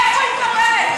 מאיפה היא מקבלת,